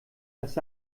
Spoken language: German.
dass